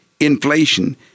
Inflation